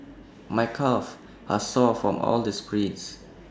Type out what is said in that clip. my calves are sore from all the sprints